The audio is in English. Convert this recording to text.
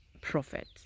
prophet